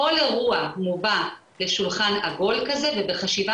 כל האירוע מובא לשולחן עגול כזה ובחשיבה